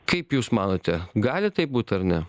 kaip jūs manote gali taip būt ar ne